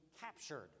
captured